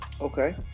okay